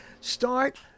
start